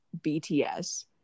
BTS